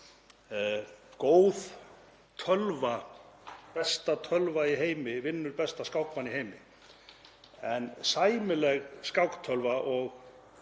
tímann að besta tölva í heimi vinnur besta skákmann í heimi en sæmileg skáktölva og